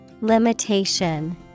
Limitation